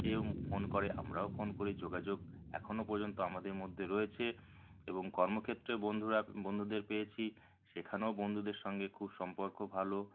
সেও ফোন করে আমরাও ফোন করি যোগাযোগ এখনও পর্যন্ত আমদের মধ্যে রয়েছে এবং কর্মক্ষেত্রে বন্ধুরা বন্ধুদের পেয়েছি সেখানেও বন্ধুদের সঙ্গে খুব সম্পর্ক ভালো